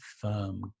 firm